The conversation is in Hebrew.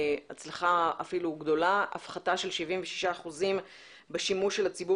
אפילו הצלחה גדולה הפחתה של 76% בשימוש של הציבור